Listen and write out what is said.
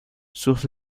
sus